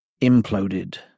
imploded